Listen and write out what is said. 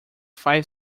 five